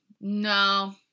No